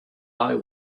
eye